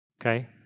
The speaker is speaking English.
okay